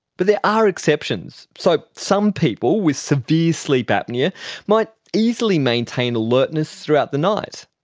but there are exceptions. so some people with severe sleep apnoea might easily maintain alertness throughout the night.